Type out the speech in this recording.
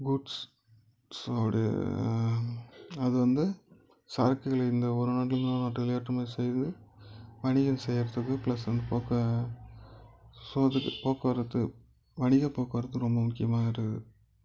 கூட்ஸ்ஸோடு அது வந்து சரக்குகள் இந்த ஒரு நாட்டுலருந்து இன்னொரு நாட்டுக்கு ஏற்றுமதி செய்து வணிகம் செய்கிறதுக்கு ப்ளஸ் வந்து ஸோ அதுக்கு போக்குவரத்து வணிக போக்குவரத்து ரொம்ப முக்கியமாக இருக்குது